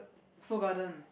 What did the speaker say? Seoul-Garden